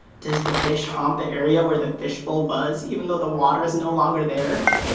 does the fish haunt the area where the fishbowl was even though the water is no longer there?